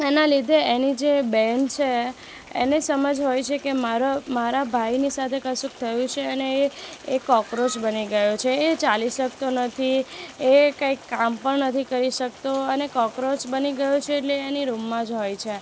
એના લીધે એની જે બેન છે એને સમજ હોય છે કે મારો મારા ભાઈની સાથે કશુંક થયું છે અને કોક્રોચ બની ગયો છે એ ચાલી શકતો નથી એ કંઈક કામ પણ નથી કરી શકતો અને કોક્રોચ બની ગયો છે એટલે એની રૂમમાં જ હોય છે